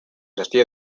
gestió